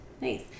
Nice